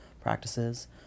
practices